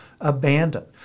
abandoned